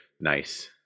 nice